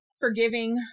forgiving